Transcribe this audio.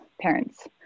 parents